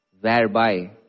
whereby